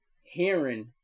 hearing